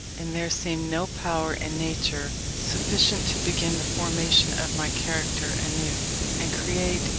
and there seemed no power in nature sufficient to begin the formation of my character anew, and create,